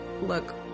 look